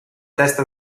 testa